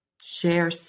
share